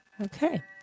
Okay